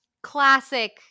classic